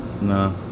No